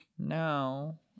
Now